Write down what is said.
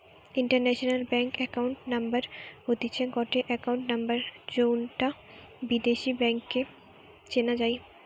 international bank account number হতিছে গটে account number যৌটা বিদেশী ব্যাংকে চেনা যাই